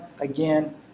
again